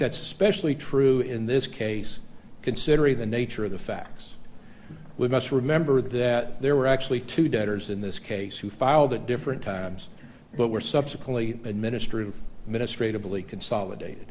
that's especially true in this case considering the nature of the facts we must remember that there were actually two debtors in this case who filed at different times but were subsequently administrative ministry to billy consolidated